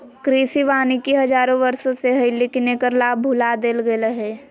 कृषि वानिकी हजारों वर्षों से हइ, लेकिन एकर लाभ भुला देल गेलय हें